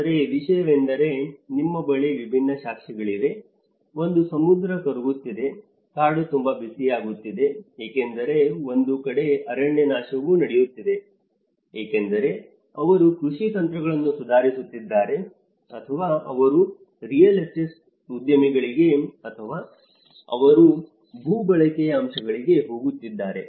ಆದರೆ ವಿಷಯವೆಂದರೆ ನಿಮ್ಮ ಬಳಿ ವಿಭಿನ್ನ ಸಾಕ್ಷ್ಯಗಳಿವೆ ಒಂದು ಸಮುದ್ರ ಕರಗುತ್ತಿದೆ ಕಾಡು ತುಂಬಾ ಬಿಸಿಯಾಗುತ್ತಿದೆ ಏಕೆಂದರೆ ಒಂದು ಕಡೆ ಅರಣ್ಯನಾಶವೂ ನಡೆಯುತ್ತಿದೆ ಏಕೆಂದರೆ ಅವರು ಕೃಷಿ ತಂತ್ರಗಳನ್ನು ಸುಧಾರಿಸುತ್ತಿದ್ದಾರೆ ಅಥವಾ ಅವರು ರಿಯಲ್ ಎಸ್ಟೇಟ್ ಉದ್ಯಮಗಳಿಗೆ ಅಥವಾ ಅದರ ಭೂ ಬಳಕೆಯ ಅಂಶಗಳಿಗೆ ಹೋಗುತ್ತಿದ್ದಾರೆ